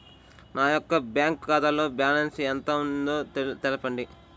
నా యొక్క బ్యాంక్ ఖాతాలో బ్యాలెన్స్ ఎంత ఉందో తెలపండి?